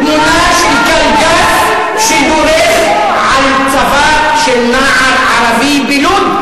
תמונה של קלגס שדורס על צוואר של נער ערבי בלוד,